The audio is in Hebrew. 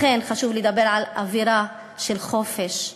לכן חשוב לדבר על אווירה של חופש,